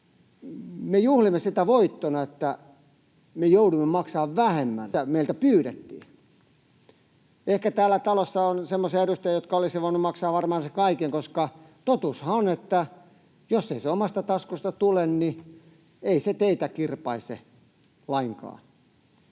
me juhlimme sitä voittona, että me joudumme maksamaan vähemmän kuin mitä meiltä pyydettiin? Ehkä täällä talossa on semmoisia edustajia, jotka olisivat voineet maksaa varmaan sen kaiken, koska totuushan on, että jos se ei omasta taskusta tule, niin ei se teitä kirpaise lainkaan.